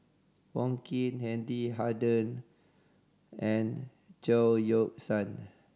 Wong Keen Wendy Hutton and Chao Yoke San